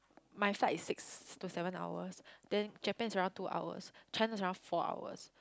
my flight is six to seven hours then Japan is around two hours China is around four hours